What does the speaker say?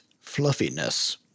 fluffiness